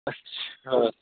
اچھا